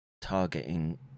targeting